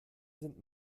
sind